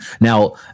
Now